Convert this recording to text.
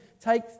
take